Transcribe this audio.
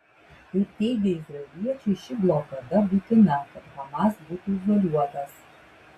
kaip teigia izraeliečiai ši blokada būtina kad hamas būtų izoliuotas